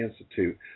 institute